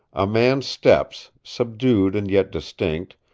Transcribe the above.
a man's steps, subdued and yet distinct,